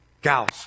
gals